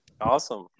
Awesome